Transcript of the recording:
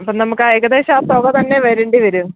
അപ്പം നമുക്ക് ആ ഏകദേശം ആ തുക് തന്നെ വരേണ്ടി വരും